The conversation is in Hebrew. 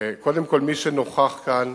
קודם כול מי שנוכח כאן,